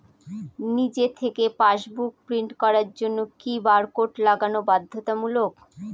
নিজে থেকে passbook print করার জন্য কি বারকোড লাগানো বাধ্যতামূলক?